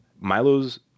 Milo's